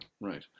Right